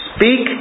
Speak